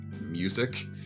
music